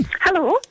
Hello